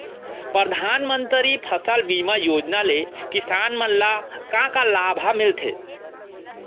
परधानमंतरी फसल बीमा योजना ले किसान मन ला का का लाभ ह मिलथे?